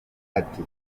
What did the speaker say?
ati